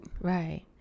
right